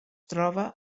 troba